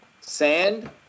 Sand